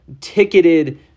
ticketed